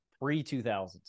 Pre-2000s